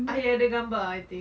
I ada gambar I think